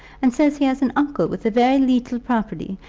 and says he has an uncle with a very leetle property,